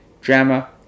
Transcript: drama